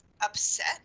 upset